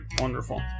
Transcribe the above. wonderful